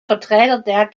vertreter